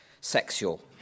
sexual